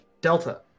Delta